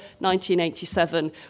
1987